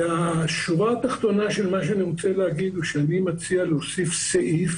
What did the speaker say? והשורה התחתונה של מה שאני רוצה להגיד היא שאני מציע להוסיף סעיף